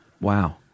Wow